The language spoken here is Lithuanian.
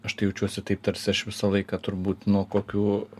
aš tai jaučiuosi taip tarsi aš visą laiką turbūt nuo kokių